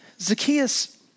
Zacchaeus